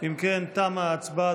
אם כן, תמה ההצבעה.